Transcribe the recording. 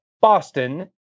Boston